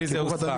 הרביזיה הוסרה.